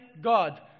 God